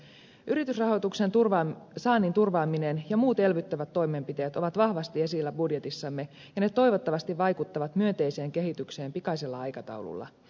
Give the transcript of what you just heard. yritysrahoituksen saannin turvaaminen ja muut elvyttävät toimenpiteet ovat vahvasti esillä budjetissamme ja ne toivottavasti vaikuttavat myönteiseen kehitykseen pikaisella aikataululla